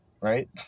right